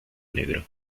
negro